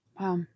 Wow